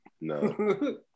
No